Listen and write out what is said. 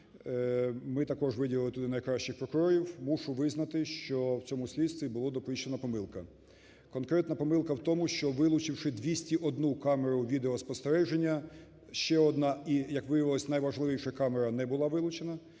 Ми також виділили туди найкращих прокурорів. Мушу визнати, що в цьому слідстві була допущена помилка. Конкретна помилка в тому, що, вилучивши 201 камеру відеоспостереження, ще одна і, як виявилося, найважливіша камера не була вилучена,